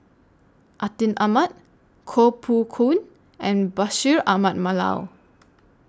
Atin Amat Koh Poh Koon and Bashir Ahmad Mallal